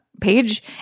page